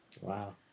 Wow